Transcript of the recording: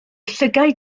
llygaid